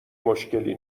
مشکلی